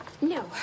No